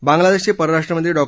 बांगलादेशचे परराष्ट्रमंत्री डॉ